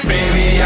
Baby